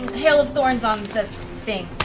hail of thorns on the thing.